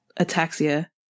ataxia